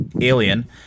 alien